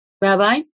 Rabbi